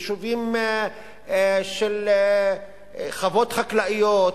יישובים של חוות חקלאיות,